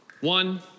one